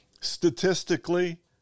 statistically